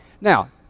Now